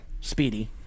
Speedy